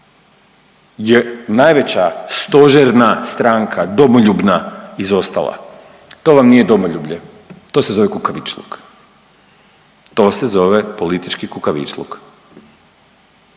je najveća stožerna stranka, domoljubna, izostala. To vam nije domoljublje, to se zove kukavičluk, to se zove politički kukavičluk.